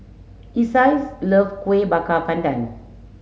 Isai love Kuih Bakar Pandan